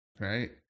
Right